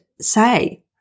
say